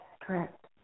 correct